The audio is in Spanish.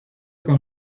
con